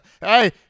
Hey